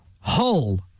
Hull